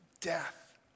death